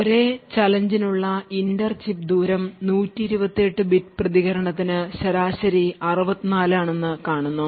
ഒരേ ചാലഞ്ച് നുള്ള inter chip ദൂരം 128 ബിറ്റ് പ്രതികരണത്തിന് ശരാശരി 64 ആണെന്ന് കാണുന്നു